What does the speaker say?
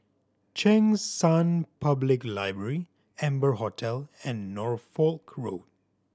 Cheng San Public Library Amber Hotel and Norfolk Road